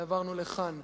ועברנו לכאן.